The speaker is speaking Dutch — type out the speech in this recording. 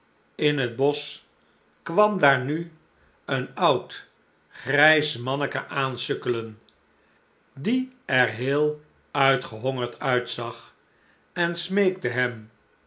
in het bosch kwam daar nu een oud grijs manneken aansukkelen die er heel uitgehongerd uitzag en smeekte hem